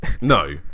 No